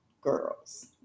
girls